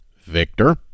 Victor